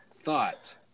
thought